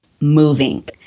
moving